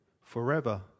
forever